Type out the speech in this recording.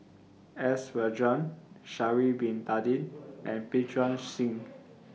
S Sha'Ari Bin Tadin and Pritam Singh